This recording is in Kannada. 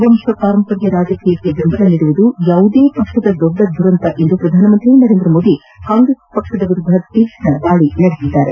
ವಂಶ ಪಾರಂಪರ್ಯ ರಾಜಕೀಯಕ್ಕೆ ಬೆಂಬಲ ನೀಡುವುದು ಯಾವುದೇ ಪಕ್ಷದ ದೊಡ್ಡ ದುರಂತ ಎಂದು ಪ್ರಧಾನಮಂತ್ರಿ ನರೇಂದ್ರಮೋದಿ ಕಾಂಗ್ರೆಸ್ ವಿರುದ್ದ ತೀಕ್ಷ್ಣ ದಾಳಿ ನಡೆಸಿದ್ದಾರೆ